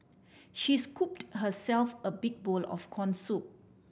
she scooped herself a big bowl of corn soup